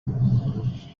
venim